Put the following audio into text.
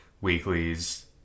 weeklies